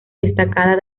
destacada